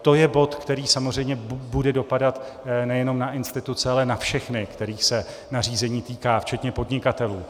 To je bod, který samozřejmě bude dopadat nejen na instituce, ale na všechny, kterých se nařízení týká, včetně podnikatelů.